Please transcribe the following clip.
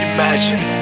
Imagine